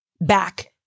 back